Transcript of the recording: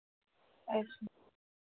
yes ma'am